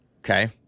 Okay